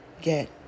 get